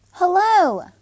Hello